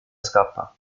scappa